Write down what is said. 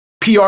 PR